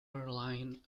airline